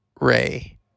Ray